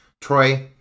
troy